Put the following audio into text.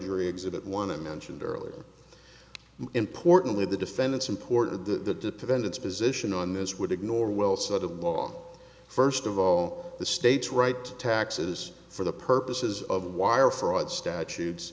jury exhibit one i mentioned earlier importantly the defendants important the sentence position on this would ignore well settled law first of all the state's right taxes for the purposes of wire fraud statutes